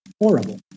Horrible